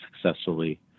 successfully